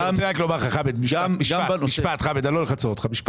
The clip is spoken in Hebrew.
משפט אחד.